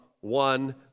one